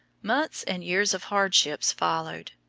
months and years of hardships followed,